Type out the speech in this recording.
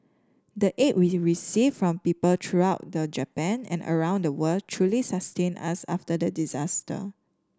the aid we received from people throughout the Japan and around the world truly sustained us after the disaster